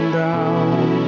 down